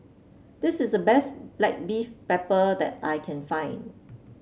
this is the best black beef pepper that I can find